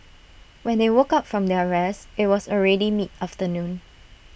when they woke up from their rest IT was already mid afternoon